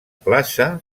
plaça